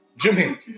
Jimmy